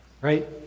Right